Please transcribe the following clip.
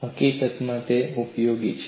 હકીકતમાં તે ઉપયોગી છે